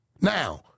Now